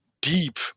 deep